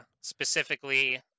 specifically